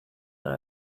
that